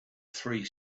three